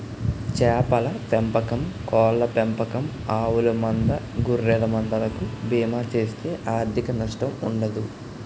చేపల పెంపకం కోళ్ళ పెంపకం ఆవుల మంద గొర్రెల మంద లకు బీమా చేస్తే ఆర్ధిక నష్టం ఉండదు